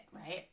Right